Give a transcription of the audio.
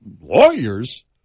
lawyers